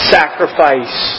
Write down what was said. sacrifice